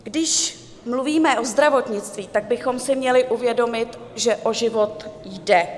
Když mluvíme o zdravotnictví, tak bychom si měli uvědomit, že o život jde.